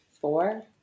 four